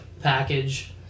package